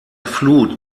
flut